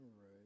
right